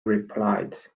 replied